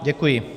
Děkuji.